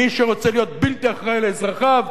מי שרוצה להיות בלתי אחראי לאזרחיו,